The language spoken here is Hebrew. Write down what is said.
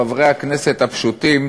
חברי הכנסת הפשוטים,